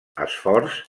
esforç